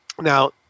now